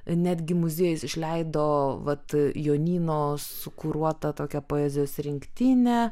netgi muziejus išleido vat jonyno sukuruotą tokią poezijos rinktinę